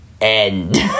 end